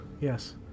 Yes